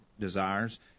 desires